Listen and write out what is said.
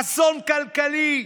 אסון כלכלי,